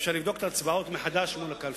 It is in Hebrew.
אפשר לבדוק את ההצבעות מחדש מול הקלפי.